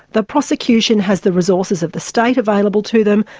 the prosecution has the resources of the state available to them,